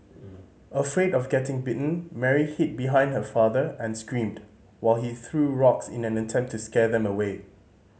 afraid of getting bitten Mary hid behind her father and screamed while he threw rocks in an attempt to scare them away